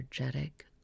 energetic